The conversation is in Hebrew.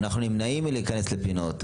אנחנו נמנעים מלהיכנס לפינות,